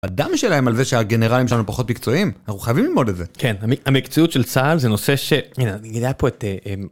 עלתה שאלה אם על זה שהגנרלים שלנו פחות מקצועיים. כן אנחנו חייבים ללמוד את זה. כן המקצועיות של צה"ל זה נושא ש...